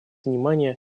внимание